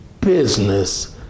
business